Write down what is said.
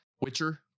Witcher